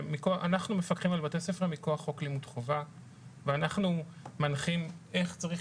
אנחנו מפקחים על בתי הספר מכוח חוק לימוד חובה ואנחנו מנחים איך צריך